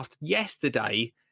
Yesterday